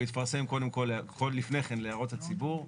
הוא יתפרסם קודם כל לפני כן להערות הציבור.